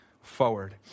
forward